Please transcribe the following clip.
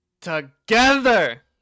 Together